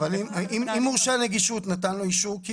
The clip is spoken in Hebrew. אבל אם מורשה נגישות נתן לו אישור כי